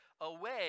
away